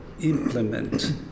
implement